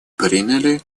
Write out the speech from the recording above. приняли